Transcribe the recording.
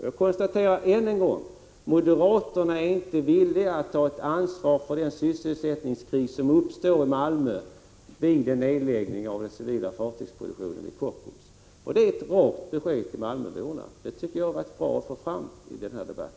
Jag konstaterar än en gång att moderaterna inte är villiga att ta ansvar för den sysselsättningskris som uppstår i Malmö vid en nedläggning av den civila fartygsproduktionen vid Kockums. Det är ett rakt besked till malmöborna, som det var bra att få fram i denna debatt.